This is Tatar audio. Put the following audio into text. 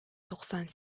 туксан